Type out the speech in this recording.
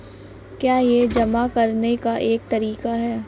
क्या यह जमा करने का एक तरीका है?